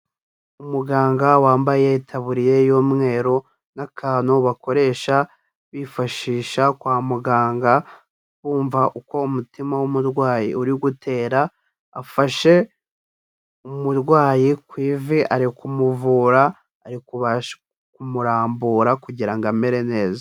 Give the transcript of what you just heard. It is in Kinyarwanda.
Umuganga wambaye itaburiya y'umweru, n'akantu bakoresha bifashisha kwa muganga bumva uko umutima w'umurwayi uri gutera, afashe umurwayi ku ivi ari kumuvura, ari kumurambura kugira ngo amere neza.